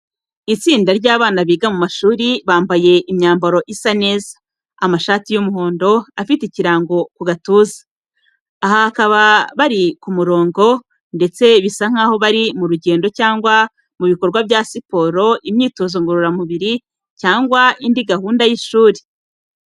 Itsinda ry’abana biga mu mashuri, bambaye imyambaro isa neza, amashati y’umuhondo afite ikirango ku gatuza. Aha bakaba bari mu murongo ndetse bisa nkaho bari mu rugendo cyangwa mu bikorwa bya siporo, imyitozo ngororamubiri cyangwa indi gahunda y’ishuri.